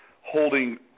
holding